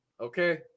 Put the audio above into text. Okay